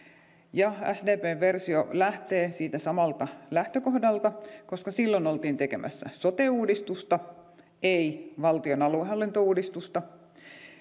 ja sdpn versio lähtee siitä samasta lähtökohdasta koska silloin oltiin tekemässä sote uudistusta ei valtion aluehallintouudistusta